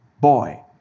boy